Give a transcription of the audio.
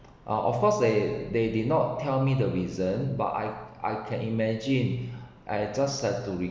of course they they did not tell me the reason but I I can imagine I just have to